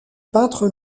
peintre